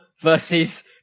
versus